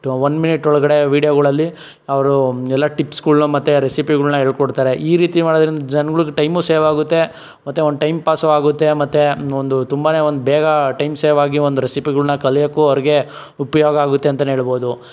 one minute ಒಳಗಡೆ ವೀಡ್ಯೊಗಳಲ್ಲಿ ಅವರು ಎಲ್ಲ ಟಿಪ್ಸ್ಗುಳ್ನ ಮತ್ತು ರೆಸಿಪಿಗಳ್ನ ಹೇಳ್ಕೊಡ್ತಾರೆ ಈ ರೀತಿ ಮಾಡೋದ್ರಿಂದ ಜನ್ಗುಳ್ಗೆ ಟೈಮೂ ಸೇವ್ ಆಗುತ್ತೆ ಮತ್ತು ಒನ್ ಟೈಮ್ ಪಾಸೂ ಆಗುತ್ತೆ ಮತ್ತೆ ಒಂದು ತುಂಬಾ ಒಂದು ಬೇಗ ಟೈಮ್ ಸೇವ್ ಆಗಿ ಒಂದು ರೆಸಿಪಿಗಳ್ನ ಕಲಿಯೋಕ್ಕೂ ಅವ್ರಿಗೆ ಉಪಯೋಗ ಆಗುತ್ತೆ ಅಂತಾನೆ ಹೇಳ್ಬೌದು